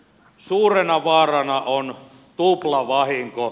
suurena vaarana on tuplavahinko